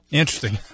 interesting